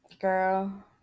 girl